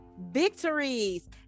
victories